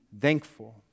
thankful